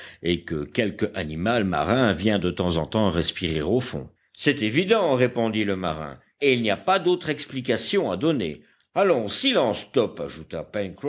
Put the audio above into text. et que quelque animal marin vient de temps en temps respirer au fond c'est évident répondit le marin et il n'y a pas d'autre explication à donner allons silence top ajouta